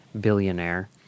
billionaire